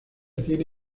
tiene